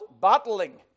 battling